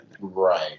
Right